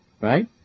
Right